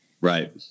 Right